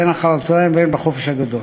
הן אחר-הצהריים והן בחופש הגדול.